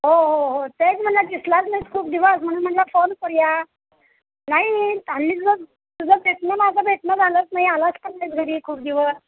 हो हो हो तेच म्हणलं दिसलाच नाहीस खूप दिवस म्हणून म्हणलं फोन करूया नाही हल्ली तुझं तुझं भेटणं माझं भेटणं झालंच नाही आलास पण नाहीस घरी खूप दिवस